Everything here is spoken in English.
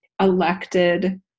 elected